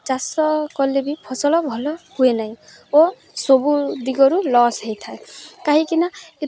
ଚାଷ କଲେ ବି ଫସଲ ଭଲ ହୁଏ ନାହିଁ ଓ ସବୁ ଦିଗରୁ ଲସ୍ ହେଇଥାଏ କାହିଁକିନା